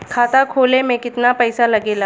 खाता खोले में कितना पईसा लगेला?